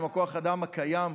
עם כוח האדם הקיים.